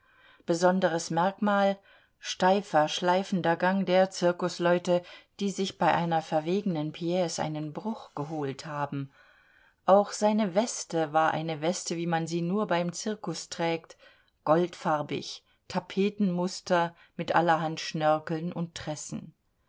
besonderes merkmal steifer schleifender gang der zirkusleute die sich bei einer verwegenen pice einen bruch geholt haben auch seine weste war eine weste wie man sie nur beim zirkus trägt goldfarbig tapetenmuster mit allerhand schnörkeln und